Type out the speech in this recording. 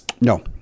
no